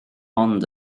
ond